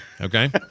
Okay